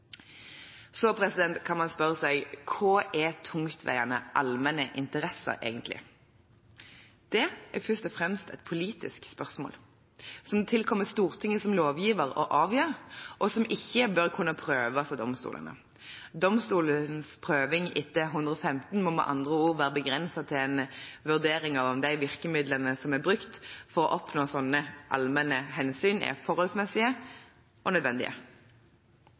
Så kan man spørre seg: Hva er «tungtveiende allmenne interesser» egentlig? Det er først og fremst et politisk spørsmål, som det tilkommer Stortinget som lovgiver å avgjøre, og som ikke bør kunne overprøves av domstolene. Domstolenes prøving etter § 115 må med andre ord være begrenset til en vurdering av om de virkemidlene som er brukt for å oppnå slike allmenne hensyn, er forholdsmessige og nødvendige.